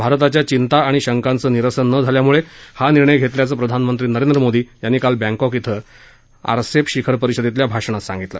भारताच्या चिंता आणि शंकांचं निरसन न झाल्यामुळे हा निर्णय घेतल्याचं प्रधानमंत्री नरेंद्र मोदी यांनी काल बँकॉक इथं आरसीईपी शिखर परिषदेतल्या भाषणात सांगितलं